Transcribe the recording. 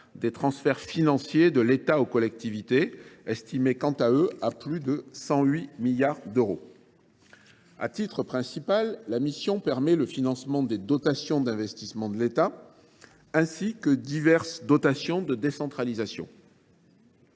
des transferts financiers de l’État aux collectivités territoriales, estimés à plus de 108 milliards d’euros. À titre principal, la mission permet le financement des dotations d’investissement de l’État, ainsi que diverses dotations de décentralisation.